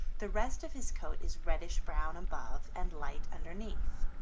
the rest of his coat is reddish-brown above and light underneath.